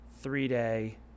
three-day